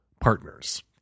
partners